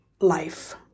life